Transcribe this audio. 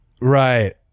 Right